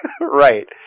Right